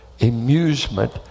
amusement